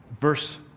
Verse